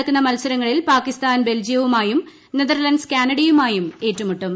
നടക്കുന്ന മൽസരങ്ങളിൽ പാകിസ്ഥാൻ നാളെ ബൽജിയവുമായും നെതർലന്റ്സ് കാനഡയുമായും ഏറ്റുമുട്ടും